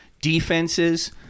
defenses